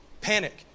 panic